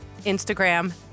instagram